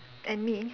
and me